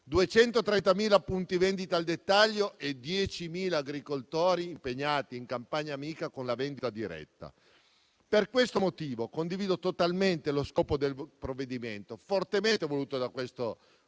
230.000 punti vendita al dettaglio e 10.000 agricoltori impegnati in Campagna Amica con la vendita diretta. Per questo motivo condivido totalmente lo scopo del provvedimento fortemente voluto da questo Governo.